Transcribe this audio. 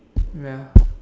ya